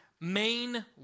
main